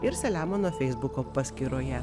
ir saliamono feisbuko paskyroje